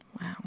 Wow